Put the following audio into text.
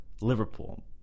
Liverpool